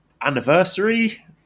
anniversary